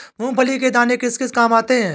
मूंगफली के दाने किस किस काम आते हैं?